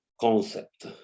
concept